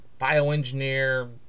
bioengineer